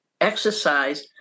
exercise